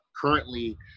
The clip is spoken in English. currently